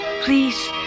Please